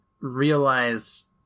realize